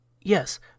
Yes